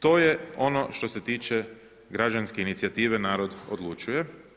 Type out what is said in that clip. To je ono što se tiče građanske inicijative narod odlučuje.